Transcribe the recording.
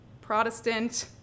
Protestant-